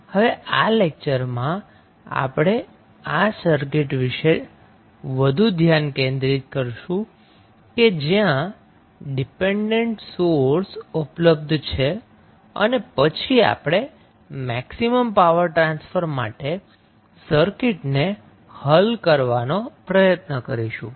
હવે આ લેક્ચરમાં આપણે આ સર્કિટ વિશે વધુ ધ્યાન કેન્દ્રિત કરીશું જ્યાં ડિપેન્ડન્ટ સોર્સ ઉપલબ્ધ છે અને પછી આપણે મેકિસમમ પાવર ટ્રાન્સફર માટે સર્કિટને હલ કરવાનો પ્રયત્ન કરીશું